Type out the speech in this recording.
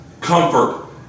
comfort